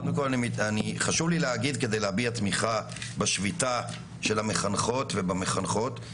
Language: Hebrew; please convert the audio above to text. קודם כל חשוב לי להגיד כדי להביע תמיכה בשביתה של המחנכות ובמחנכות.